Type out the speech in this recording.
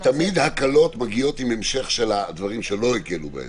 כי תמיד הקלות מגיעות עם המשך של הדברים שלא הקלו בהם.